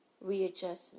readjustment